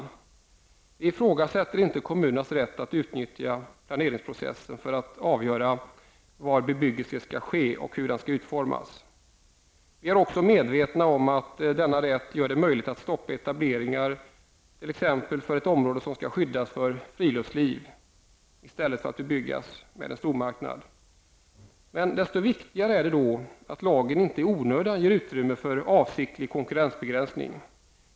Vi ifrågasätter inte kommunernas rätt att utnyttja planeringsprocessen för att avgöra var bebyggelse skall ske och hur den skall utformas. Vi är också medvetna om att denna rätt gör det möjligt att stoppa etableringar, t.ex. för att ett område skall skyddas till förmån för friluftsliv i stället för att bebyggas med en stormarknad. Det är då viktigt att lagen inte i onödan ger utrymme för avsiktlig konkurrensbegränsning.